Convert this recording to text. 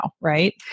Right